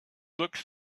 looks